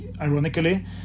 ironically